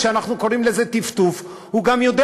כשאנחנו קוראים לזה טפטוף הוא גם יודע